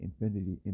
infinity